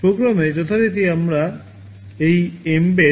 প্রোগ্রামে যথারীতি আমরা এই এমবেড